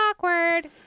Awkward